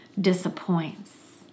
disappoints